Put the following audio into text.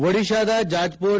ಒಡಿತಾದ ಜಾಜ್ಪುರ್